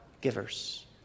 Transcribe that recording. givers